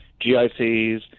GICs